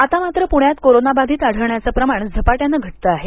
आता मात्र प्रण्यात कोरोनाबाधित आढळण्याचं प्रमाण झपाट्यानं घटतं आहे